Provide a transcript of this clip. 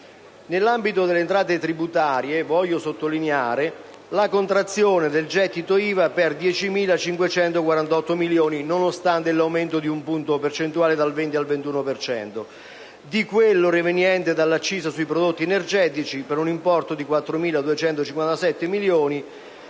Nell'ambito delle entrate tributarie, voglio sottolineare la contrazione del gettito IVA, per 10.548 milioni, nonostante l'aumento di un punto percentuale dal 20 al 21 per cento, di quello riveniente dall'accisa sui prodotti energetici, per un importo di 4.257 milioni,